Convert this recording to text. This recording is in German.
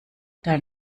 dein